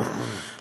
לכן,